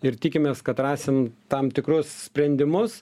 ir tikimės kad rasim tam tikrus sprendimus